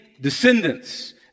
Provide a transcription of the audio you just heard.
descendants